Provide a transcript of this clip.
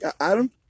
Adam